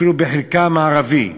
אפילו בחלקה המערבי.